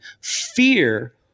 Fear